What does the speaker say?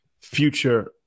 future